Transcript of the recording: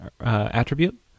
attribute